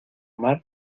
mar